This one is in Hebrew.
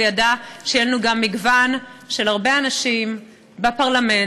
ידע שיהיה לנו גם מגוון של הרבה אנשים בפרלמנט,